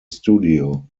studio